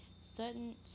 certain